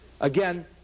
Again